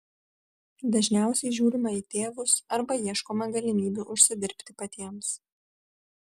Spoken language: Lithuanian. dažniausiai žiūrima į tėvus arba ieškoma galimybių užsidirbti patiems